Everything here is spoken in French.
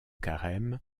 carême